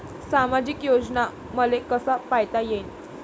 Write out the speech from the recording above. सामाजिक योजना मले कसा पायता येईन?